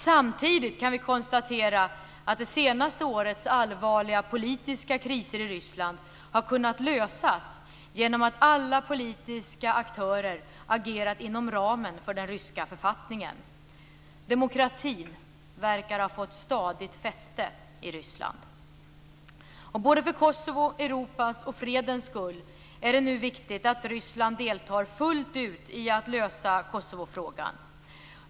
Samtidigt kan vi konstatera att det senaste årets allvarliga politiska kriser i Ryssland har kunnat lösas genom att alla politiska aktörer agerat inom ramen för den ryska författningen. Demokratin verkar ha fått stadigt fäste i Ryssland. För Kosovos, Europas och fredens skull är det nu viktigt att Ryssland deltar fullt ut i att lösa Kosovofrågan.